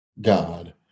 God